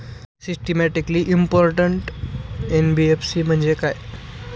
Systematically important NBFC म्हणजे काय?